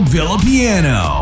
Villapiano